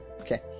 Okay